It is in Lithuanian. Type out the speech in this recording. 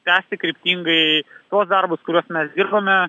tęsti kryptingai tuos darbus kuriuos mes dirbame